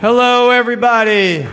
hello everybody